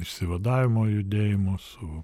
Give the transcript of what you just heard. išsivadavimo judėjimu su